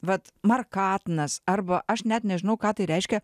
vat markatnas arba aš net nežinau ką tai reiškia